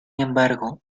embargo